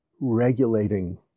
regulating